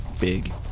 big